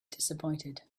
disappointed